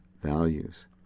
values